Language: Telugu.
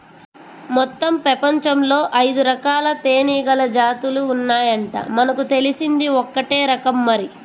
మొత్తం పెపంచంలో ఐదురకాల తేనీగల జాతులు ఉన్నాయంట, మనకు తెలిసింది ఒక్కటే రకం మరి